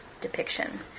depiction